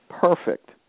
Perfect